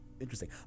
Interesting